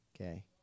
okay